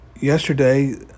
Yesterday